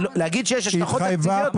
להגיד שיש השלכות תקציביות,